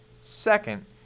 Second